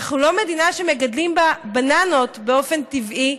אנחנו לא מדינה שמגדלים בה בננות באופן טבעי,